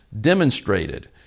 demonstrated